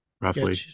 roughly